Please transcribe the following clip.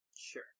Sure